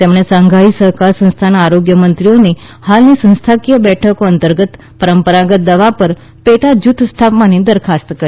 તેમણે શાંઘાઇ સહકાર સંસ્થાના આરોગ્ય મંત્રીઓની હાલની સંસ્થાકીય બેઠકો અંતર્ગત પરંપરાગત દવા પર પેટા જુથ સ્થાપવાની દરખાસ્ત કરી